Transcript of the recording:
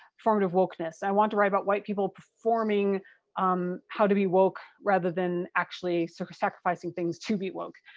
performative wokeness. i wanted to write about white people performing um how to be woke rather than actually sort of sacrificing things to be woke.